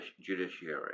judiciary